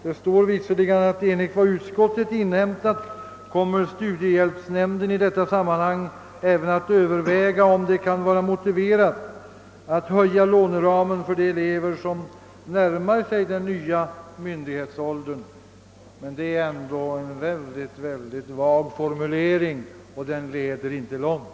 Det heter visserligen i utlåtandet: »Enligt vad utskottet inhämtat kommer nämnden i detta sammanhang även att överväga om det kan vara motiverat att höja låneramen för elever som närmar sig den nya myndighetsåldern, 20 år.« — Det är ändå en mycket vag formulering, och den l1eder inte långt.